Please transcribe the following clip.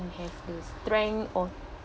have those strength or